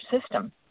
system